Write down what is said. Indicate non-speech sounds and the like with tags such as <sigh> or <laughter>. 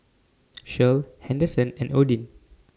<noise> Shirl Henderson and Odin